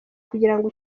kugirango